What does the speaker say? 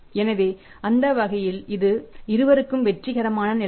எனவே அந்த வகையில் இது இருவருக்கும் வெற்றிகரமான நிலைமை